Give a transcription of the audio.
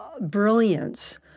brilliance